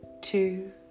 two